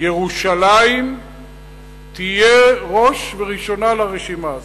ירושלים תהיה ראש וראשונה לרשימה הזאת,